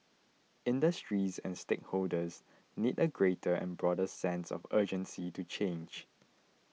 industries and stakeholders need a greater and broader sense of urgency to change